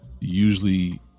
usually